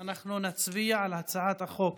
אנחנו נצביע על הצעת חוק